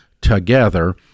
together